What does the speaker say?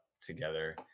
together